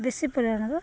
ବେଶୀ ପରିମାଣର